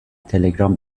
تلگرام